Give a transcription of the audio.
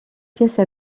pièce